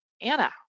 Anna